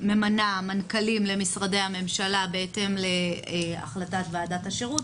ממנה מנכ"לים למשרדי הממשלה בהתאם להחלטת ועדת השירות,